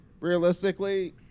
realistically